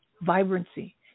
vibrancy